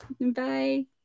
Bye